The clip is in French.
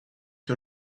que